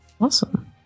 Awesome